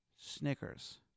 Snickers